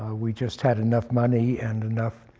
we just had enough money and enough